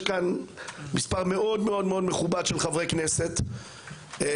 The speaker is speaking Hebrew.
יש כאן מספר מאוד מאוד מכובד של חברי כנסת שמגיעים